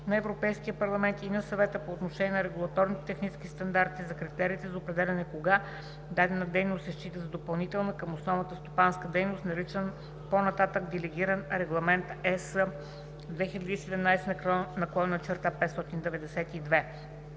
на Европейския парламент и на Съвета по отношение на регулаторните технически стандарти за критериите за определяне кога дадена дейност се счита за допълнителна към основната стопанска дейност, наричан по-нататък „Делегиран регламент (ЕС) № 2017/592“